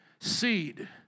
Seed